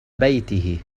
بيته